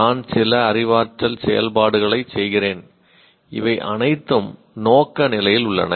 நான் சில அறிவாற்றல் செயல்பாடுகளைச் செய்கிறேன் இவை அனைத்தும் நோக்க நிலையில் உள்ளன